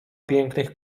pięknych